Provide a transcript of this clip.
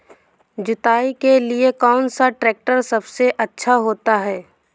जुताई के लिए कौन सा ट्रैक्टर सबसे अच्छा होता है?